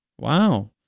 Wow